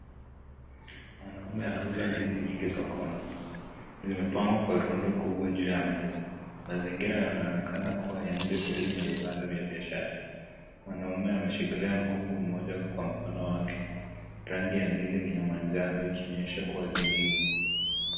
Mwanaume anauza ndizi nyingi sokoni. Zimepangwa kwenye rundo kubwa juu ya meza. Mazingira yanaonekana ya nje karibu na vibanda vya biashara. Mwanaume ameshikilia mkungu mmoja kwa mkono wake. Rangi ya ndizi ni ya manjano ikionyesha kuwa zimeiva.